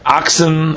oxen